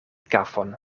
kafon